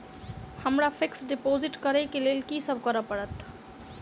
हमरा fix deposit करऽ केँ लेल की सब करऽ पड़त?